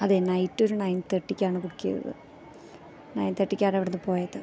അതേ നൈറ്റ് ഒരു നയൻ തെർട്ടിക്കാണ് ബുക്ക് ചെയ്തത് നയൻ തെർട്ടിക്കാണ്ഇവിടന്ന് പോയത്